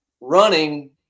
running